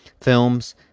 films